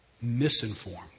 misinformed